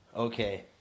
Okay